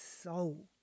soul